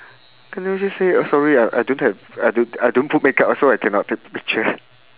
can I just say oh sorry I I don't have I don't I don't put makeup so I cannot take picture